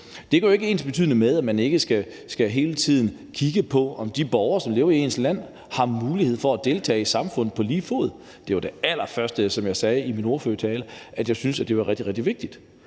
Det er jo ikke ensbetydende med, at man ikke hele tiden skal kigge på, om de borgere, som lever i ens land, har mulighed for at deltage i samfundet på lige fod. Det var det allerførste, jeg sagde i min ordførertale, nemlig at jeg synes, at det er rigtig, rigtig vigtigt.